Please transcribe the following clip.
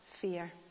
fear